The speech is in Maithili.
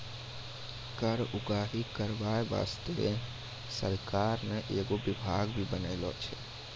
कर उगाही करबाय बासतें सरकार ने एगो बिभाग भी बनालो छै